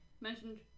mentioned